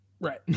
Right